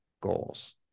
goals